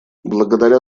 благодаря